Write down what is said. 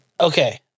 Okay